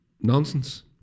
Nonsense